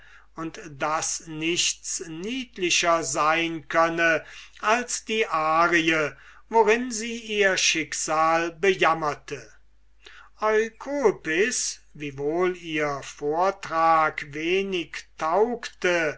und daß nichts niedlichers sein könne als die arie worin sie ihr schicksal bejammerte eukolpis wiewohl ihr vortrag wenig taugte